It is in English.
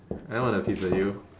I want a piece with you